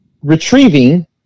retrieving